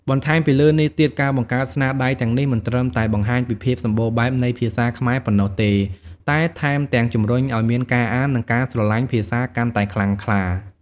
បន្ថែមពីលើនេះទៀតការបង្កើតស្នាដៃទាំងនេះ មិនត្រឹមតែបង្ហាញពីភាពសម្បូរបែបនៃភាសាខ្មែរប៉ុណ្ណោះទេ តែថែមទាំងជំរុញឱ្យមានការអាន និងការស្រឡាញ់ភាសាកាន់តែខ្លាំងក្លា។